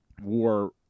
war